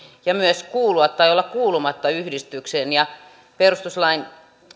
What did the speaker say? ja myös kuulua tai olla kuulumatta yhdistykseen perustuslain